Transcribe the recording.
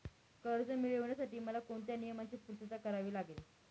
कर्ज मिळविण्यासाठी मला कोणत्या नियमांची पूर्तता करावी लागेल?